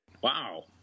Wow